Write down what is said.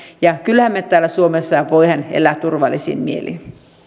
ja kyllähän me täällä suomessa voimme elää turvallisin mielin